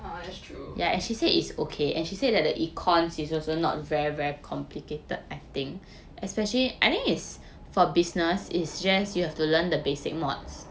ah that's true yeah